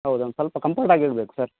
ಹೌದು ಒಂದು ಸ್ವಲ್ಪ ಕಂಫರ್ಟ್ ಆಗಿರಬೇಕು ಸರ್